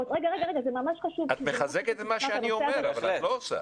את מחזקת את מה שאני אומר בל את לא עושה את זה.